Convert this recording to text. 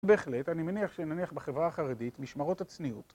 בהחלט, אני מניח שנניח בחברה החרדית משמרות הצניעות